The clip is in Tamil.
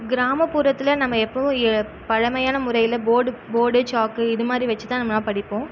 கிராமப்புறத்தில் நம்ம எப்பவும் ஏ பழமையான முறையில் போர்டு போர்டு சாக்கு இது மாதிரி வெச்சி தான் நம்மலாம் படிப்போம்